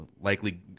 likely